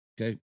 Okay